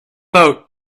boat